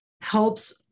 helps